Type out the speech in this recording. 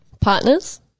Partners